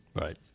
Right